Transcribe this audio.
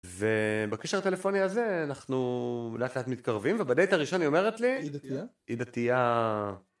בקשר הטלפוני הזה אנחנו לאט לאט מתקרבים ובדייט הראשון היא אומרת לי, היא דתייה